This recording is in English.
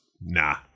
nah